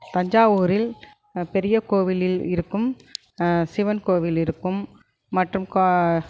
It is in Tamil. தஞ்சாவூரில் பெரிய கோவிலில் இருக்கும் சிவன் கோவில் இருக்கும் மற்றும் கா